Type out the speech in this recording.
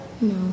No